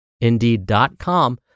indeed.com